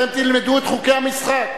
אתם תלמדו את חוקי המשחק.